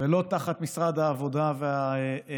ולא תחת משרד העבודה והרווחה.